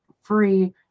free